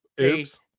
Oops